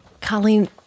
Colleen